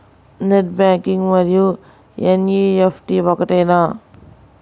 Net banking మరియు NEFT ఒకటేనా?